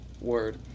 word